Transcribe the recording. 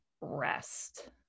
rest